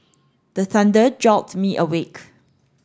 the thunder jolt me awake